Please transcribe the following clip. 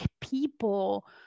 people